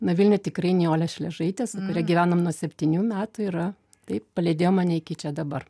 na vilniuj tikrai nijolė šliažaitė su kuria gyvenom nuo septynių metų yra taip palydėjo mane iki čia dabar